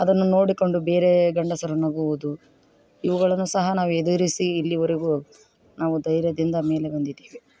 ಅದನ್ನು ನೋಡಿಕೊಂಡು ಬೇರೆ ಗಂಡಸರು ನಗುವುದು ಇವುಗಳನ್ನು ಸಹ ನಾವು ಎದುರಿಸಿ ಇಲ್ಲಿಯವರೆಗು ನಾವು ಧೈರ್ಯದಿಂದ ಮೇಲೆ ಬಂದಿದ್ದೇವೆ